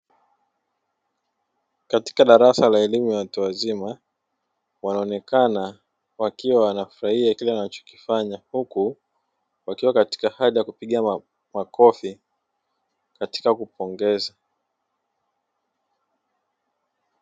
Katika darasa la elimu ya watu wazima, wanaonekana wakiwa wakifurahia kile wanachokifanya huku wakiwa katika hali ya kupiga makofi katika kupongeza.